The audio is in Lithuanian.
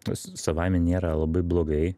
tas savaime nėra labai blogai